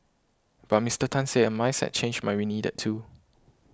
but Mister Tan said a mindset change might be needed too